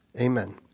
amen